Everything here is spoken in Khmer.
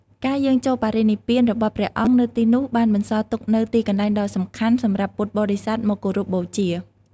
ការយាងចូលបរិនិព្វានរបស់ព្រះអង្គនៅទីនោះបានបន្សល់ទុកនូវទីកន្លែងដ៏សំខាន់សម្រាប់ពុទ្ធបរិស័ទមកគោរពបូជា។